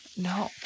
No